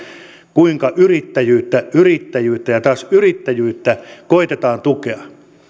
kuinka yrittäjyyttä yrittäjyyttä ja taas yrittäjyyttä koetetaan tukea